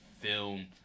film